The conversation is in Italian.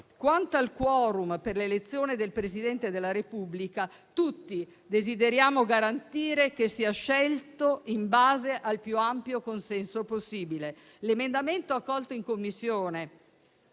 Quanto al *quorum* per l'elezione del Presidente della Repubblica, tutti desideriamo garantire che sia scelto in base al più ampio consenso possibile. L'emendamento accolto in Commissione